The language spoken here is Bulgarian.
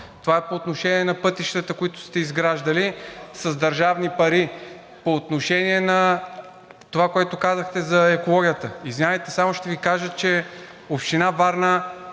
Това е по отношение на пътищата, които сте изграждали с държавни пари. По отношение на това, което казахте за екологията. Извинявайте, само ще Ви кажа, че Община Варна